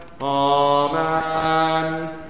Amen